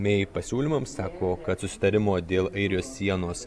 mei pasiūlymams sako kad susitarimo dėl airijos sienos